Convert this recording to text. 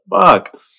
fuck